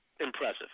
impressive